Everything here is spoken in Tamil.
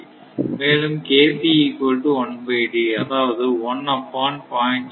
மேலும் அதாவது 1 அப் ஆன் 0